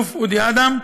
האלוף אודי אדם,